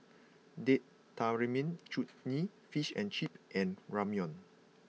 Date Tamarind Chutney Fish and Chips and Ramyeon